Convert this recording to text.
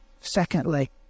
Secondly